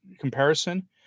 comparison